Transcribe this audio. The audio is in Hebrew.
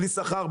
בלי שכר,